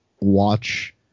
watch